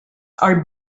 are